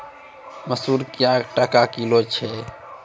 मसूर क्या टका किलो छ?